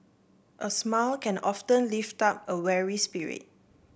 a smile can often lift up a weary spirit